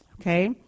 Okay